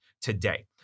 today